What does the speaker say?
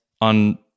on